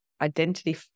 identity